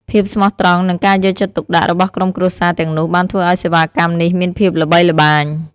ភាពស្មោះត្រង់និងការយកចិត្តទុកដាក់របស់ក្រុមគ្រួសារទាំងនោះបានធ្វើឱ្យសេវាកម្មនេះមានភាពល្បីល្បាញ។